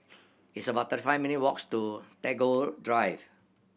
it's about thirty five minute' walks to Tagore Drive